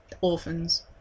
orphans